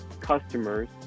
customers